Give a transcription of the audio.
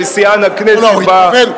כשיאן הכנסת בתחום הזה.